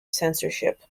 censorship